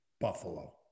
Buffalo